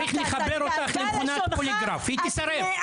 צריך לחבר אותך למכונת פוליגרף היא תישרף,